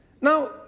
Now